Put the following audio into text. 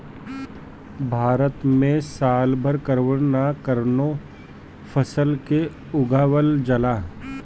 भारत में साल भर कवनो न कवनो फसल के उगावल जाला